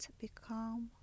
become